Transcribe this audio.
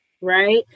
Right